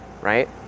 right